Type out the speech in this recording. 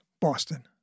Boston